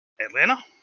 Atlanta